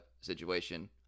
situation